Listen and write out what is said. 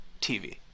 TV